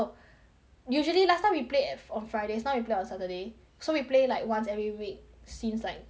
usually last time we played on fridays now we play on saturday so we play like once every week since like may